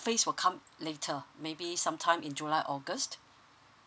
phase will come later maybe sometime in july august